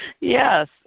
Yes